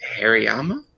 Hariyama